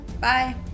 Bye